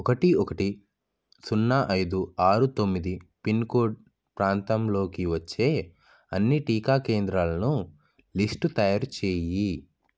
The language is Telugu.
ఒకటి ఒకటి సున్నా ఐదు ఆరు తొమ్మిది పిన్కోడ్ ప్రాంతంలోకి వచ్చే అన్ని టీకా కేంద్రాలలో లిస్టు తయారు చేయి